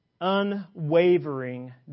unwavering